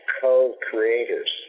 co-creators